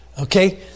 Okay